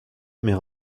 mais